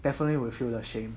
definitely will feel ashamed